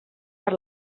per